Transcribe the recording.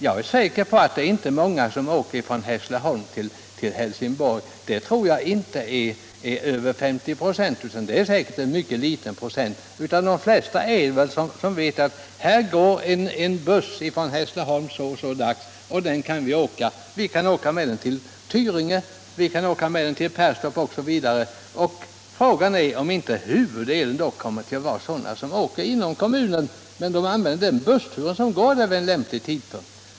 Jag är säker på att det inte är många som åker från Hässleholm till Helsingborg. Den kategorin kan inte gå upp till över 50 96, utan den utgör en mycket liten andel. De flesta resenärerna är sådana som vet att här går en buss från Hässleholm så och så dags, och den kan de åka med till Tyringe, Perstorp osv. Frågan är om inte huvuddelen kommer att vara sådana som reser inom kommunen — men de använder de bussturer som går vid lämplig tidpunkt.